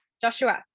Joshua